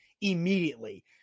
immediately